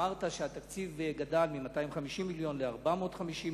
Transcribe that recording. אמרת שהתקציב גדל מ-250 מיליון ל-450 מיליון,